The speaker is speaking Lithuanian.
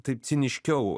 taip ciniškiau